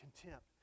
contempt